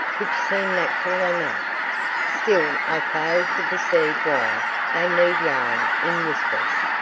which seemed natural enough still i failed to perceive why they need yarn in whispers.